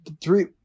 three